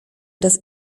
das